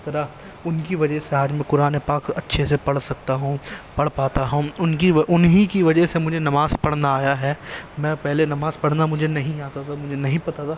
کرا ان کی وجہ سے آج میں قرآن پاک اچھے سے پڑھ سکتا ہوں پڑھ پاتا ہوں ان کی انہی کی وجہ سے مجھے نماز پڑھنا آیا ہے میں پہلے نماز پڑھنا مجھے نہیں آتا تھا مجھے نہیں پتہ تھا